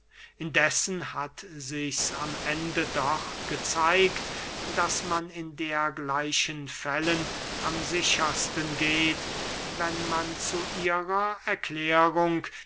indessen hat sichs am ende doch gezeigt daß man in dergleichen fällen am sichersten geht wenn man zu ihrer erklärung